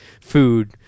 food